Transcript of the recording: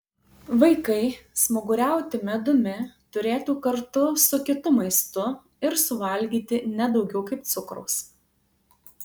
vaikai smaguriauti medumi turėtų kartu su kitu maistu ir suvalgyti ne daugiau kaip cukraus